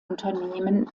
unternehmen